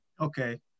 Okay